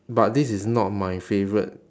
but this is not my favourite